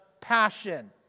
passion